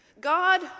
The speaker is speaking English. God